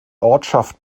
ortschaft